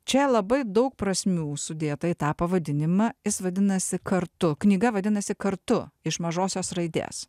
čia labai daug prasmių sudėta į tą pavadinimą jis vadinasi kartu knyga vadinasi kartu iš mažosios raidės